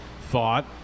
thought